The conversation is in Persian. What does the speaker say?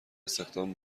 استخدام